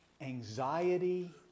anxiety